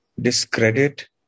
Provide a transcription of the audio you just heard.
discredit